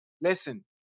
Listen